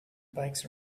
bikes